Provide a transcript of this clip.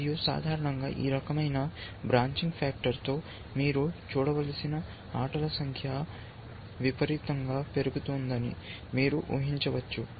మరియు సాధారణంగా ఈ రకమైన బ్రాంచింగ్ ఫాక్టర్ తో మీరు చూడవలసిన ఆటల సంఖ్య విపరీతంగా పెరుగుతోందని మీరు ఊహించవచ్చు